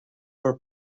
por